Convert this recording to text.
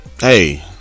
Hey